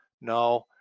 No